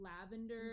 lavender